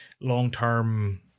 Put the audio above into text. long-term